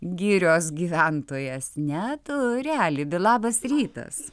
girios gyventojas neturi alibi labas rytas